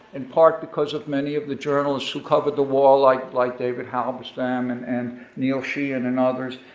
in part because of many of the journalists who covered the war, like like david halberstam and and neil sheehan and others.